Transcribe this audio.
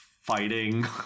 fighting